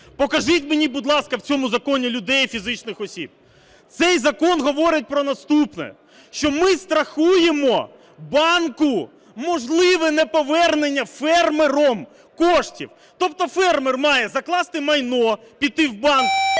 Покажіть мені, будь ласка, в цьому законі людей – фізичних осіб. Цей закон говорить про наступне, що ми страхуємо банку можливе неповернення фермером коштів. Тобто фермер має закласти майно, піти в банк,